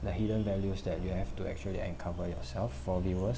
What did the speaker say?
the hidden values that you have to actually uncover yourself for viewers